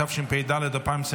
התשפ"ד 2024,